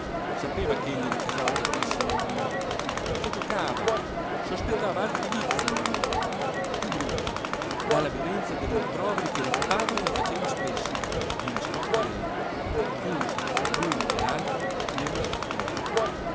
occhi sapeva ch'egli rincasava tardissimo ogni notte che giocava sospettava altri vizi in lui più brutti dalla violenza dei rimproveri che il padre gli faceva spesso di l'uomo solo luigi pirandello nascosto a lei chiusi l'uno e l'altro nello scrittojo